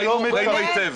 ראינו היטב.